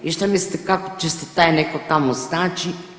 I šta mislite kako će se taj neko tamo snaći?